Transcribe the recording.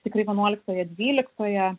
tikrai vienuoliktoje dvyliktoje